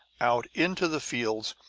out into the fields,